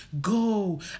go